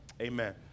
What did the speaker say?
Amen